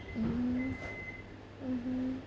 mm mmhmm